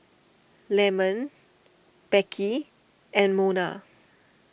Leamon Beckie and Mona